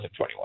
2021